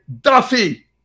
Duffy